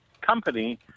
company